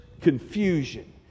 confusion